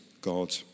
God